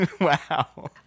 Wow